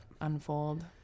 unfold